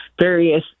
various